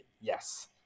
Yes